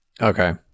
Okay